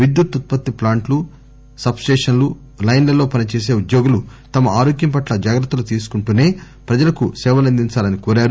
విద్యుత్ ఉత్పత్తి ఫ్లాంట్లు సబ్సేషన్లు లైన్లలో పనిచేసే ఉద్యోగులు తమ ఆరోగ్యం పట్ల జాగ్రత్తలు తీసుకుంటూనే ప్రజలకు సేవలందించాలని కోరారు